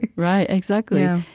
right, exactly.